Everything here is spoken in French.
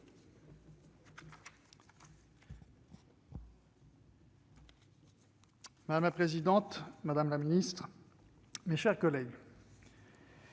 Madame la présidente, madame la ministre, mes chers collègues,